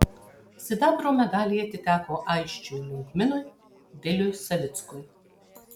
sidabro medaliai atiteko aisčiui liaugminui viliui savickui